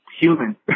human